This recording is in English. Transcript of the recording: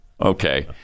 Okay